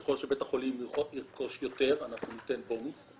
ככל שבית החולים ירכוש יותר אנחנו ניתן בונוס.